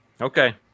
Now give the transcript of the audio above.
Okay